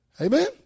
Amen